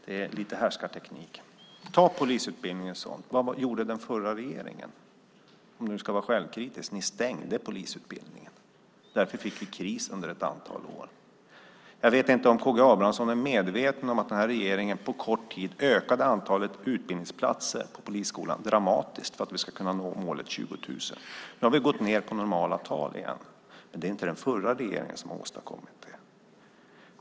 Det är härskarteknik. Vad gjorde den förra regeringen för polisutbildningen, om ni ska vara självkritiska? Jo, ni stängde polisutbildningen. Därför fick vi kris under ett antal år. Jag vet inte om Karl Gustav Abramsson är medveten om att den här regeringen på kort tid ökade antalet utbildningsplatser i polisskolan dramatiskt för att vi skulle kunna nå målet 20 000. Nu har vi gått ned på normala tal igen. Men det är inte den förra regeringen som har åstadkommit det.